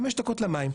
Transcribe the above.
חמש דקות למים,